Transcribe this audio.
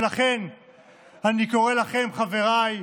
ולכן אני קורא לכם, חבריי,